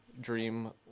dream